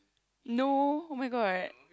no where got